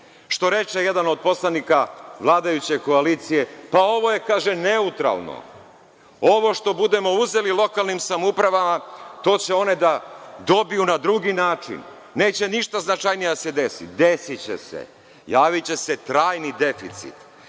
Što reče jedan od poslanika vladajuće koalicije – pa ovo je neutralno, ovo što budemo uzeli lokalnim samoupravama, to će one da dobiju na drugi način, neće ništa značajnije da se desi. Desiće se, javiće se trajni deficit. Na